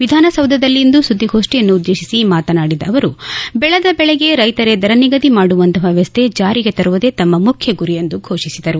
ವಿಧಾನಸೌಧದಲ್ಲಿಂದು ಸುದ್ದಿಗೋಷ್ಷಿಯನ್ನುದ್ದೇತಿಸಿ ಮಾತನಾಡಿದ ಅವರು ಬೆಳೆದ ಬೆಳೆಗೆ ರೈತರೇ ದರ ನಿಗದಿ ಮಾಡುವಂತಹ ವ್ಯವಸ್ಥೆ ಜಾರಿಗೆ ತರುವುದೇ ತಮ್ನ ಮುಖ್ಯ ಗುರಿ ಎಂದು ಘೋಷಿಸಿದರು